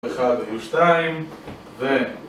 אחד עם שתיים, ו